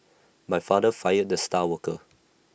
my father fired the star worker